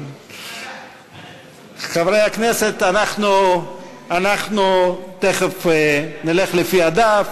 חברי הכנסת, אנחנו תכף נלך לפי הדף.